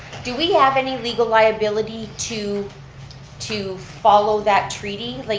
do we have any legal liability to to follow that treaty? like